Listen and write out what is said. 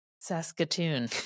Saskatoon